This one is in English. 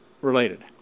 related